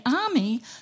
army